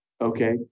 Okay